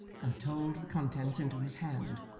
and told the contents into his hand.